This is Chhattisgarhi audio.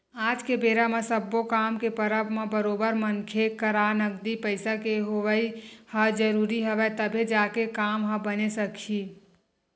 आज के बेरा म सब्बो काम के परब म बरोबर मनखे करा नगदी पइसा के होवई ह जरुरी हवय तभे जाके काम ह बने सकही